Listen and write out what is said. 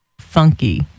Funky